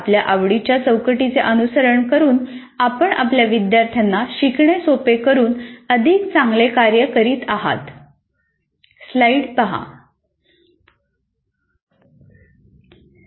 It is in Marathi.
आपल्या आवडीच्या चौकटीचे अनुसरण करून आपण आपल्या विद्यार्थ्यांना शिकणे सोपे करून अधिक चांगले कार्य करीत आहात